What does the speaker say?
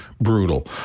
brutal